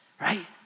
right